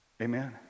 amen